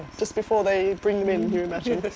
just before they bring them in, you imagine.